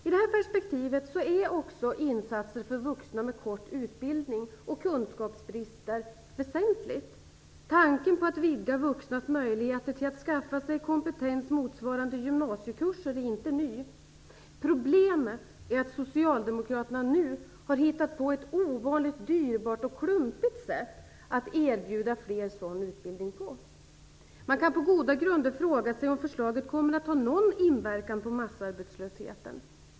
I det här perspektivet är också insatser för vuxna med kort utbildning och kunskapsbrister väsentliga. Tanken på att vidga vuxnas möjligheter till att skaffa sig kompetens motsvarande gymnasiekurser är inte ny. Problemet är att socialdemokraterna nu har hittat på ett ovanligt dyrbart och klumpigt sätt att erbjuda fler sådan utbildning på. Man kan på goda grunder fråga sig om förslaget kommer att ha någon inverkan på massarbetslösheten.